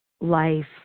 life